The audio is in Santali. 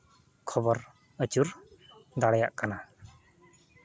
ᱠᱷᱚᱵᱚᱨ ᱟᱹᱪᱩᱨ ᱫᱟᱲᱮᱭᱟᱜ ᱠᱟᱱᱟ